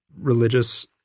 religious